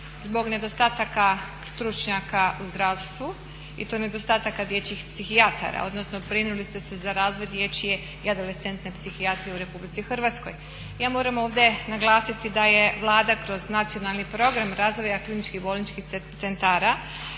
zbog nedostataka stručnjaka u zdravstvu i to nedostataka dječjih psihijatara, odnosno brinuli ste se za razvoj dječje i adolescentne psihijatrije u RH. Ja moram ovdje naglasiti da je Vlada kroz Nacionalni program razvoja kliničkih bolničkih centara,